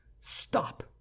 stop